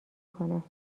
کنم